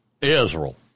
Israel